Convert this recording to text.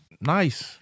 Nice